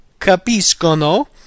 Capiscono